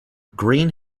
green